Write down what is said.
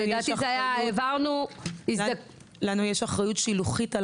לנו יש אחריות שילוכית.